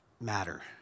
matter